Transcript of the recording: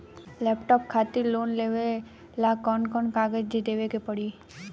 Laptop खातिर loan लेवे ला कौन कौन कागज देवे के पड़ी?